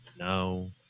no